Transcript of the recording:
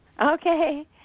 Okay